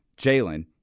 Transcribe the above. Jalen